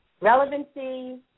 relevancy